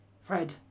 Fred